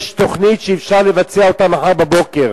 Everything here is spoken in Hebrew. יש תוכנית שאפשר לבצע אותה מחר בבוקר,